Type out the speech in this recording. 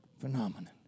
phenomenon